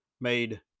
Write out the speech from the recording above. made